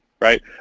Right